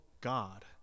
God